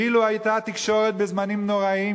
אילו היתה התקשורת בזמנים נוראים,